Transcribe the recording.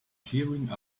clearing